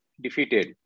defeated